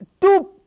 two